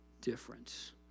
difference